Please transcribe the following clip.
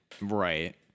Right